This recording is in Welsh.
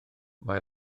mae